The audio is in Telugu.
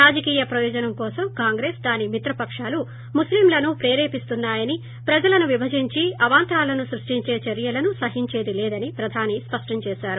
రాజకీయ ప్రయోజనం కోసం కాంగ్రెస్ దాని మిత్ర పకాలు ముస్లింలను ప్రేరేపిస్తున్నాయని ప్రజలను విభజించి అవాంతరాలను స్పష్లించే చర్యలను సహించేది లేదని ప్రధాని స్పష్లం చేశారు